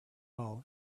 all